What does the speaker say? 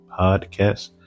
podcast